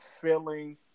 feeling